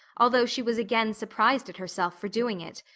although she was again surprised at herself for doing it.